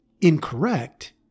incorrect